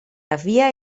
havia